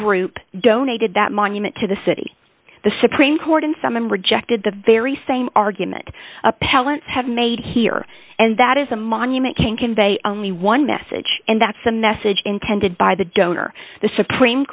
group donated that monument to the city the supreme court in some and rejected the very same argument appellants have made here and that is a monument can convey only one message and that's the message intended by the donor the supreme